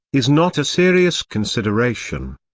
is not a serious consideration.